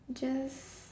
just